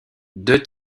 deux